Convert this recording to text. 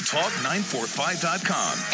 Talk945.com